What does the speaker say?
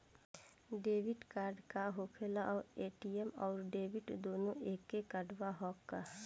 Debit card का होखेला और ए.टी.एम आउर डेबिट दुनों एके कार्डवा ह का?